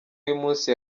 y’umunsi